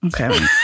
Okay